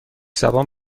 زبان